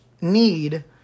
need